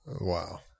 Wow